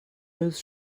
eus